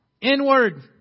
Inward